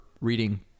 reading